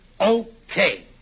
Okay